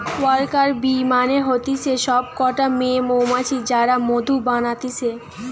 worker bee মানে হতিছে সব কটা মেয়ে মৌমাছি যারা মধু বানাতিছে